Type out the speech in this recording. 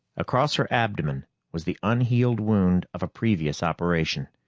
across her abdomen was the unhealed wound of a previous operation.